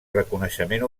reconeixement